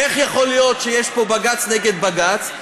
איך יכול להיות שיש פה בג"ץ נגד בג"ץ?